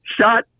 shot